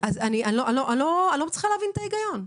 אז אני לא מצליחה להבין את ההיגיון.